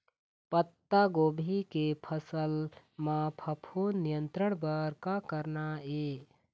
पत्तागोभी के फसल म फफूंद नियंत्रण बर का करना ये?